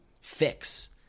fix